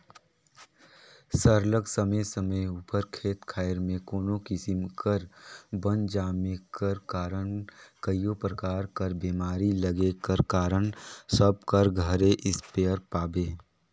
सरलग समे समे उपर खेत खाएर में कोनो किसिम कर बन जामे कर कारन कइयो परकार कर बेमारी लगे कर कारन सब कर घरे इस्पेयर पाबे